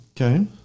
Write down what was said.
Okay